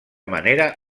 manera